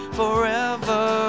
forever